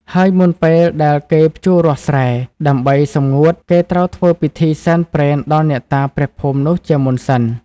ហើយមុនពេលដែលគេភ្ជួររាស់ស្រែ ដើម្បីសម្ងួត គេត្រូវធ្វើពិធីសែនព្រេនដល់អ្នកតាព្រះភូមិនោះជាមុនសិន។